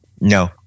No